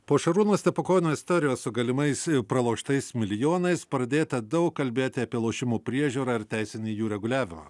po šarūno stepukonio istorijos su galimais praloštais milijonais pradėta daug kalbėti apie lošimų priežiūrą ir teisinį jų reguliavimą